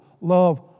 love